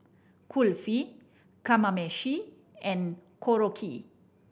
Kulfi Kamameshi and Korokke